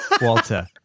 Walter